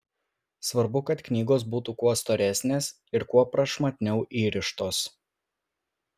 svarbu kad knygos būtų kuo storesnės ir kuo prašmatniau įrištos